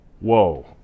whoa